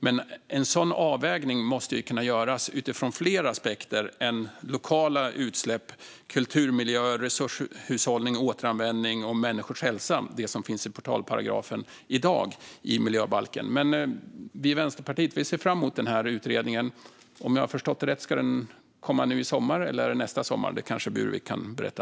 En sådan avvägning måste kunna göras utifrån fler aspekter än lokala utsläpp, kulturmiljö, resurshushållning, återanvändning och människors hälsa, det vill säga det som finns i portalparagrafen i dag i miljöbalken. Vi i Vänsterpartiet ser fram emot utredningen. Om jag har förstått rätt kommer den i sommar eller nästa sommar. Det kanske Burwick kan berätta.